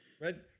Red